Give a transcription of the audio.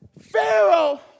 Pharaoh